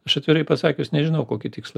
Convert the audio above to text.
aš atvirai pasakius nežinau kokį tikslą